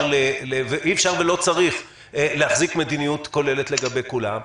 אפשר ולא צריך להחזיק מדיניות כוללת לגבי כולם.